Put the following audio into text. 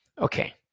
Okay